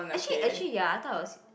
actually actually ya I thought it was